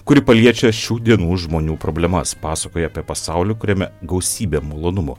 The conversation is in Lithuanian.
kuri paliečia šių dienų žmonių problemas pasakoja apie pasaulį kuriame gausybė malonumų